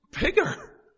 Bigger